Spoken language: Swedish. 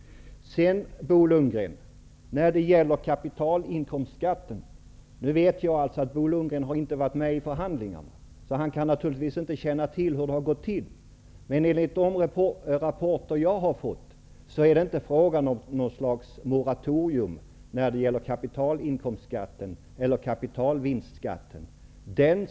När det gäller kapitalinkomstskatten: Jag vet att Bo Lundgren inte varit med i förhandlingarna, så han kan inte veta hur det har gått till. Men enligt de rapporter jag har fått är det inte fråga om något slags moratorium när det gäller kapitalvinstskatten.